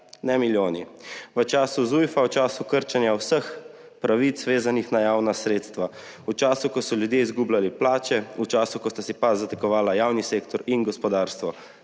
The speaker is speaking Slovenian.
ne milijoni, v času Zujfa, v času krčenja vseh pravic vezanih na javna sredstva, v času, ko so ljudje izgubljali plače, v času, ko sta si pa zategovala javni sektor in gospodarstvo.